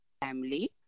family